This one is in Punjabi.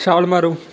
ਛਾਲ ਮਾਰੋ